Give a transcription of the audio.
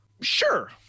Sure